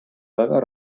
väga